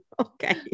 okay